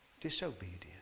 disobedient